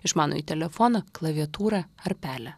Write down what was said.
išmanųjį telefoną klaviatūrą ar pelę